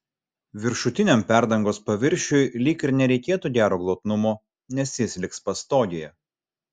viršutiniam perdangos paviršiui lyg ir nereikėtų gero glotnumo nes jis liks pastogėje